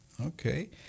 Okay